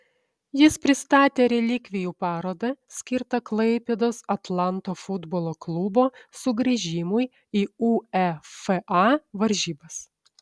jis pristatė relikvijų parodą skirtą klaipėdos atlanto futbolo klubo sugrįžimui į uefa varžybas